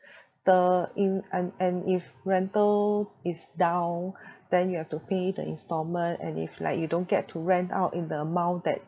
the in~ and and if rental is down then you have to pay the instalment and if like you don't get to rent out in the amount that